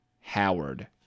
Howard